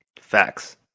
facts